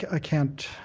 ah can't.